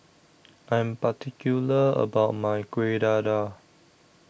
I Am particular about My Kuih Dadar